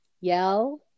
yell